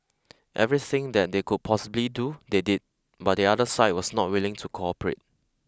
everything that they could possibly do they did but the other side was not willing to cooperate